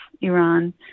Iran